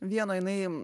vieno jinai